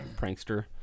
prankster